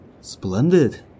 Splendid